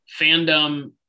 fandom